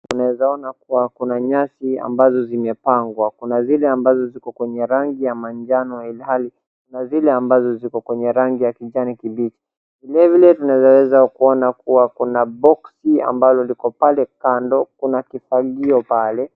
Naeza ona kuwa kuna nyasi ambazo zimepangwa. Kuna zile ambazo ziko kwenye rangi ya manjano ilhali kuna zile ambazo ziko kwenye rangi ya kijani kibichi. Vilevile tunaweza kuona kuwa kuna boxi ambalo liko pale kando, kuna kifagio pale.